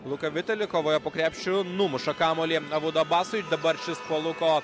luka vitali kovoje po krepšiu numuša kamuolį abudu abasui dabar šis po luko